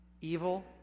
evil